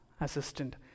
assistant